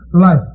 life